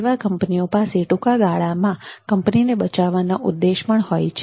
સેવા કંપનીઓ પાસે ટૂંકાગાળામાં કંપનીને બચાવવાના ઉદ્દેશો પણ હોય છે